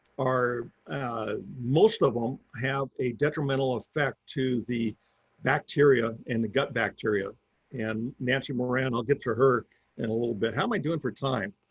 ah most of them have a detrimental effect to the bacteria in the gut bacteria and nancy moran, i'll get to her in a little bit. how am i doing for time?